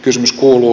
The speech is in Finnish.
kysymys kuuluu